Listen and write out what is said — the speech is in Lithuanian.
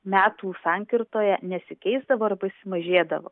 metų sankirtoje nesikeisdavo arba jis sumažėdavo